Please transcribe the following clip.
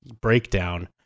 breakdown